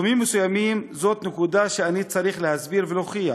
בתחומים מסוימים זאת נקודה שאני צריך להסביר ולהוכיח,